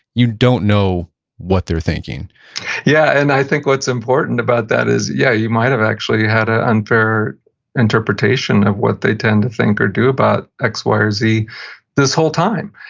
you don't know what they're thinking yeah, and i think what's important about that is, yeah, you might've actually had an unfair interpretation of what they tend to think or do about x, y or z this whole time,